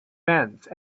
fence